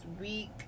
week